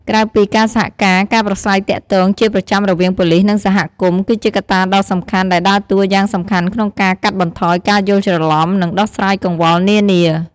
ក្រៅពីការសហការ ការប្រាស្រ័យទាក់ទងជាប្រចាំរវាងប៉ូលីស និងសហគមន៍ គឺជាកត្តាដ៏សំខាន់ដែលដើរតួយ៉ាងសំខាន់ក្នុងការ កាត់បន្ថយការយល់ច្រឡំ និង ដោះស្រាយកង្វល់នានា។